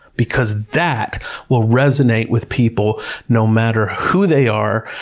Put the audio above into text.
because that will resonate with people no matter who they are.